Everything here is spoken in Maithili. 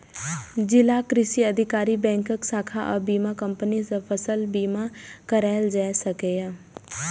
जिलाक कृषि अधिकारी, बैंकक शाखा आ बीमा कंपनी सं फसल बीमा कराएल जा सकैए